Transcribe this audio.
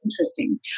interesting